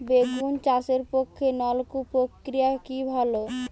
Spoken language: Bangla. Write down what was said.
বেগুন চাষের পক্ষে নলকূপ প্রক্রিয়া কি ভালো?